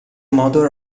modo